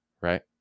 right